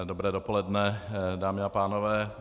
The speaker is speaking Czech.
Dobré dopoledne, dámy a pánové.